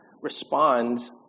respond